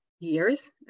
Years